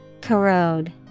Corrode